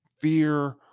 fear